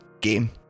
game